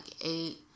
eight